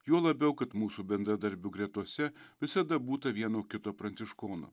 juo labiau kad mūsų bendradarbių gretose visada būta vieno kito pranciškono